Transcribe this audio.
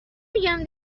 میگم